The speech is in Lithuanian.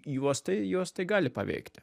juos tai juos tai gali paveikti